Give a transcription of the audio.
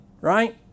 Right